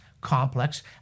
complex